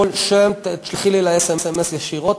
כל שם תשלחי לי לסמ"ס ישירות,